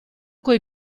coi